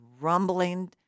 rumbling